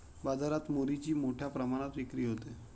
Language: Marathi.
बाजारात मुरीची मोठ्या प्रमाणात विक्री होते